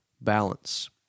balance